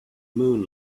moon